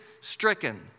stricken